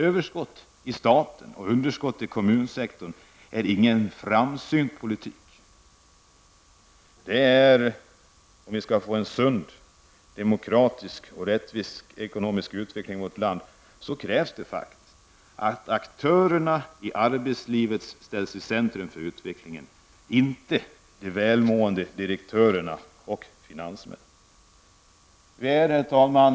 Överskott i staten och underskott inom kommunsektorn innebär inte en framsynt politik. För att vi skall få en sund demokratisk och rättvis ekonomisk utveckling i vårt land krävs det faktiskt att aktörerna i arbetslivet ställs i centrum för utvecklingen, inte de välmående direktörerna och finansmännen. Herr talman!